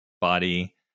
body